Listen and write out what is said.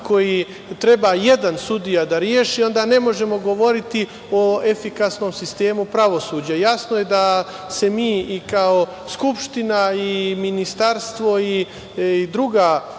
koji treba jedan sudija da reši, onda ne možemo govoriti o efikasnom sistemu pravosuđa. Jasno je da se mi i kao Skupština i ministarstvo i druga